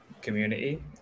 community